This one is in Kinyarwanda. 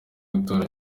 gutora